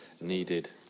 needed